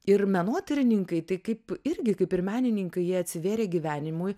ir menotyrininkai tai kaip irgi kaip ir menininkai jie atsivėrė gyvenimui